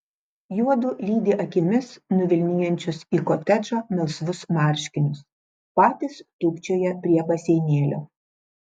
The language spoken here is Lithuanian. juodu lydi akimis nuvilnijančius į kotedžą melsvus marškinius patys tūpčioja prie baseinėlio